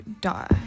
die